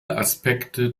aspekte